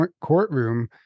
courtroom